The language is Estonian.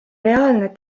reaalne